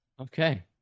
Okay